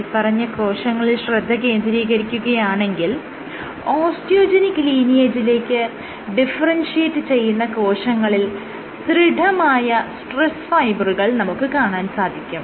മേല്പറഞ്ഞ കോശങ്ങളിൽ ശ്രദ്ധ കേന്ദ്രീകരിക്കുകയാണെങ്കിൽ ഓസ്റ്റിയോജെനിക്ക് ലീനിയേജിലേക്ക് ഡിഫറെൻഷിയേറ്റ് ചെയുന്ന കോശങ്ങളിൽ ദൃഢമായ സ്ട്രെസ് ഫൈബറുകൾ നമുക്ക് കാണാൻ സാധിക്കും